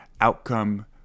outcome